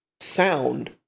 sound